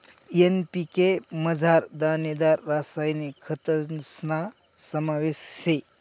NPK मझार दानेदार रासायनिक खतस्ना समावेश शे